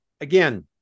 again